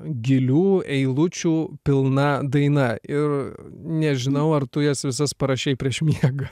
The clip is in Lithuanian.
gilių eilučių pilna daina ir nežinau ar tu jas visas parašei prieš miegą